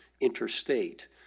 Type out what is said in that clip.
interstate